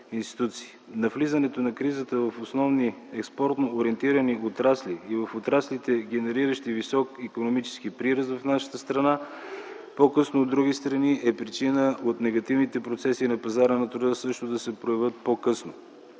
Навлизането на кризата в основни експортно ориентирани отрасли и в отраслите, генериращи висок икономически прираст в нашата страна, по-късно в други страни е причина от негативните процеси на пазара на труда също да се проявят по-късно.